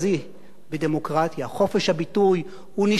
חופש הביטוי הוא נשמת אפה של דמוקרטיה.